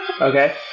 Okay